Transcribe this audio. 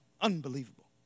unbelievable